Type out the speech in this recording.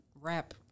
rap